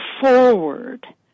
forward